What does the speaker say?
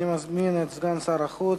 אני מזמין את סגן שר החוץ,